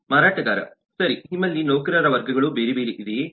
ಮಾರಾಟಗಾರ ಸರಿ ನಿಮ್ಮಲ್ಲಿ ನೌಕರರ ವರ್ಗಗಳು ಬೇರೆಬೇರೆ ಇದೆಯೇ